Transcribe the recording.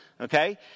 Okay